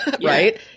right